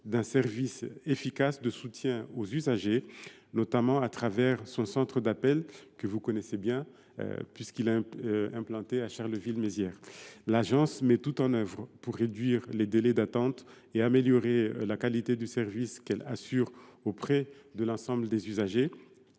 d’un service efficace de soutien aux usagers, notamment au travers de son centre d’appels ; et vous le connaissez bien, madame la sénatrice, puisqu’il est implanté à Charleville Mézières ! Cette agence met tout en œuvre pour réduire les délais d’attente et améliorer la qualité du service qu’elle assure auprès de l’ensemble des usagers.